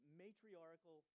matriarchal